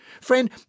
Friend